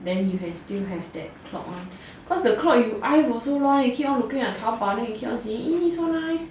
then you can still have that clock mah cause the clock you eye for so long then keep on looking oh your Taobao then you keep on seeing eh so nice